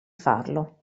farlo